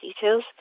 details